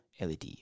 LED